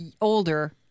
older